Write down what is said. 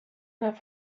that